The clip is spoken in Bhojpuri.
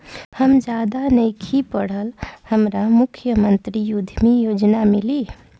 हम ज्यादा नइखिल पढ़ल हमरा मुख्यमंत्री उद्यमी योजना मिली?